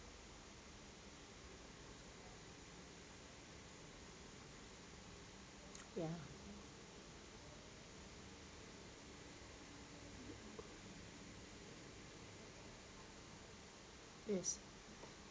ya yes